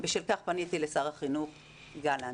בשל כך פניתי לשר החינוך גלנט.